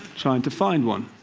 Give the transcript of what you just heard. trying to find one.